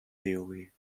theory